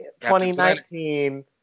2019